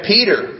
Peter